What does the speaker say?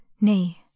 Nay